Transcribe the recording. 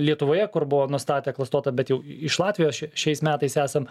lietuvoje kur buvo nustatę klastotą bet jau iš latvijos šiais metais esam